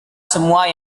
semua